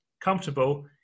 comfortable